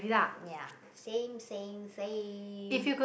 ya same same same